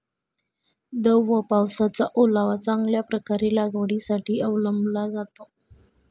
दव व पावसाचा ओलावा चांगल्या प्रकारे लागवडीसाठी अवलंबला जातो